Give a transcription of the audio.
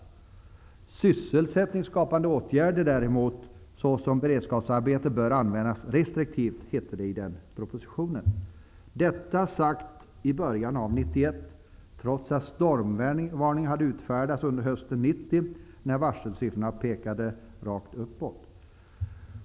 ''Sysselsättningsskapande åtgärder såsom beredskapsarbeten bör användas restriktivt'', hette det i den propositionen. Detta sagt i början av 1991, trots att stormvarning hade utfärdats under hösten 1990, när varselsiffrorna pekade rakt uppåt.